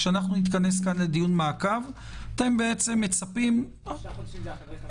כשנתכנס פה לדיון מעקב- -- זה אחרי חגי תשרי.